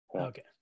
okay